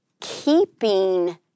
keeping